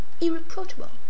irreproachable